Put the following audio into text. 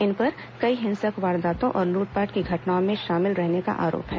इन पर कई हिंसक वारदातों और लूटपाट की घटनाओं में शामिल रहने का आरोप है